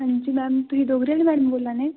अंजी मैम तुस डोगरी दी मैम बोल्ला ने